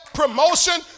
promotion